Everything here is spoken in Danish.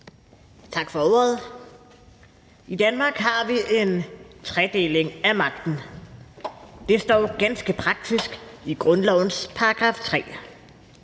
Tak for ordet. I Danmark har vi en tredeling af magten. Det står ganske praktisk i grundlovens § 3.